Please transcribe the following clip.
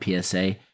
PSA